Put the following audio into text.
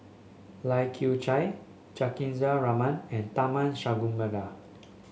Lai Kew Chai Juthika Ramanathan and Tharman Shanmugaratnam